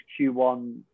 Q1